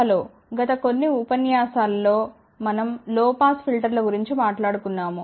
hello గత కొన్ని ఉపన్యాసాలలో మనం లో పాస్ ఫిల్టర్ల గురించి మాట్లాడుకున్నాము